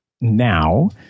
now